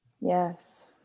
Yes